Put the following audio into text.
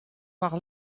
war